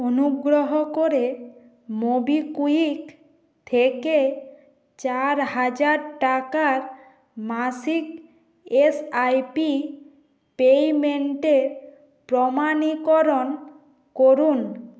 অনুগ্রহ করে মোবিকুইক থেকে চার হাজার টাকার মাসিক এস আই পি পেমেন্টের প্রমাণীকরণ করুন